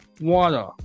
Water